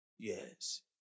Yes